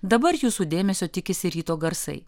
dabar jūsų dėmesio tikisi ryto garsai